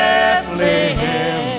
Bethlehem